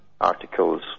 articles